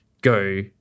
go